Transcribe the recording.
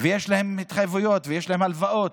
ויש להם התחייבויות ויש להם הלוואות.